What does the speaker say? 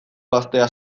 gaztea